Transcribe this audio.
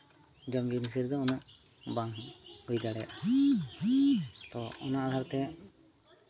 ᱡᱚᱢ ᱡᱤᱱᱤᱥ ᱨᱮᱫᱚ ᱩᱱᱟᱹᱜ ᱵᱟᱝ ᱦᱩᱭ ᱫᱟᱲᱮᱭᱟᱜᱼᱟ ᱛᱚ ᱚᱱᱟ ᱟᱫᱷᱟᱨ ᱛᱮ